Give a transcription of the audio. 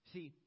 See